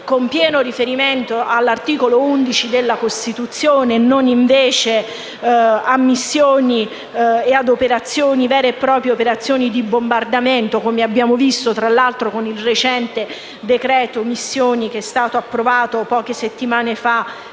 con pieno riferimento all'articolo 11 della Costituzione, e non invece a missioni con vere e proprie operazioni di bombardamento, come abbiamo visto tra l'altro con il recente decreto-legge missioni approvato poche settimane fa